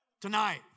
tonight